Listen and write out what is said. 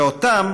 ואותם